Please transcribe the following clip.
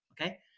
okay